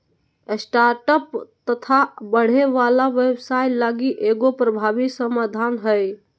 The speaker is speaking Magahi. स्टार्टअप्स तथा बढ़े वाला व्यवसाय लगी एगो प्रभावी समाधान हइ